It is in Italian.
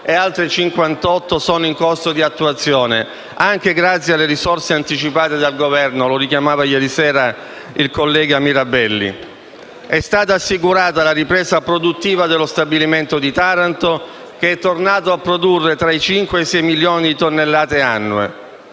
e altre 58 sono in corso di attuazione, anche grazie alle risorse anticipate dal Governo, come è stato richiamato ieri sera dal collega Mirabelli. È stata assicurata la ripresa produttiva dello stabilimento di Taranto che è tornato a produrre tra i 5 e i 6 milioni di tonnellate annue.